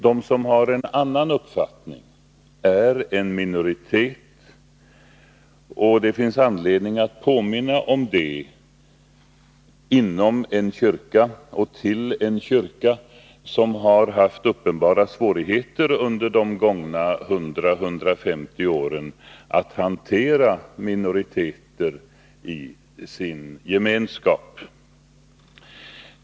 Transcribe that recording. De som har en annan uppfattning är en minoritet, och det finns anledning att påminna om det inom en kyrka och till en kyrka som under de gångna 100-150 åren har haft uppenbara svårigheter att hantera minoriteter i sin gemenskap.